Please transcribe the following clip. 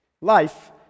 Life